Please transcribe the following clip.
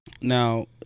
Now